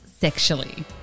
sexually